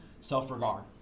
Self-regard